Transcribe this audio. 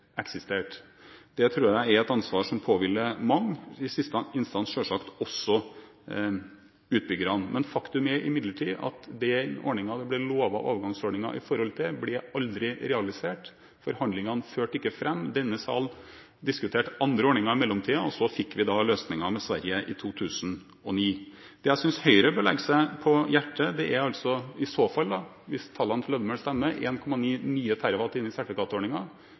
Det tror jeg er et ansvar som påhviler mange – i siste instans selvsagt også utbyggerne. Faktum er imidlertid at den ordningen det ble lovet overgangsordninger for, ble aldri realisert. Forhandlingene førte ikke fram. Denne salen diskuterte andre ordninger i mellomtiden. Så fikk vi løsningen med Sverige i 2009. Det jeg synes Høyre bør legge seg på hjertet, er i så fall hvordan dette – hvis tallene til Lødemel stemmer, om 1,9 nye TWh i